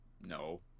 No